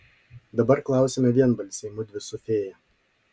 dabar klausiame vienbalsiai mudvi su fėja